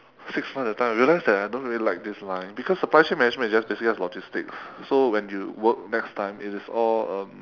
six months that time I realised that I don't really like this line because supply ship management is just basically just logistics so when you work next time it is all um